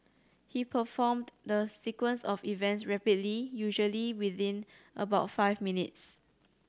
he performed the sequence of events rapidly usually within about five minutes